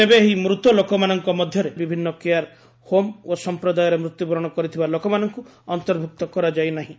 ତେବେ ଏହି ମୃତଲୋକମାନଙ୍କ ମଧ୍ୟରେ ବିଭିନ୍ନ କେୟାର ହୋମ୍ ଓ ସମ୍ପ୍ରଦାୟରେ ମୃତ୍ୟୁବରଣ କରିଥିବା ଲୋକମାନଙ୍କୁ ଅନ୍ତର୍ଭୁକ୍ତ କରାଯାଇନାହିଁ